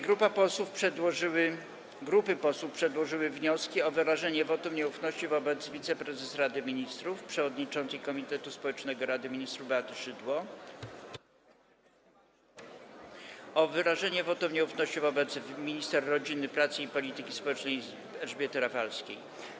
Grupy posłów przedłożyły wnioski: - o wyrażenie wotum nieufności wobec wiceprezes Rady Ministrów, przewodniczącej Komitetu Społecznego Rady Ministrów Beaty Szydło, - o wyrażenie wotum nieufności wobec minister rodziny, pracy i polityki społecznej Elżbiety Rafalskiej.